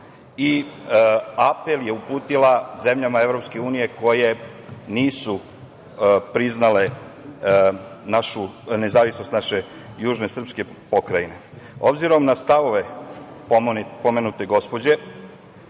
i apel je uputila zemljama EU koje nisu priznale nezavisnost naše južne srpske pokrajine. Obzirom na stavove pomenute gospođe